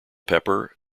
pepper